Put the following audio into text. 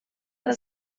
del